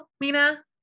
Mina